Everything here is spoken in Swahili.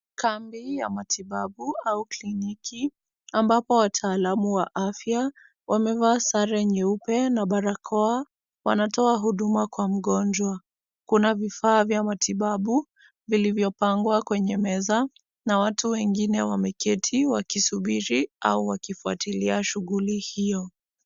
Kambi ya matibabu au kliniki, ambapo wataalamu wa afya wamevaa sare nyeupe na barakoa, wanatoa huduma kwa mgonjwa. Kuna vifaa vya matibabu vilivyopangwa kwenye meza, na watu wengine wameketi wakisubiri au wakifuatilia shughuli hiyo.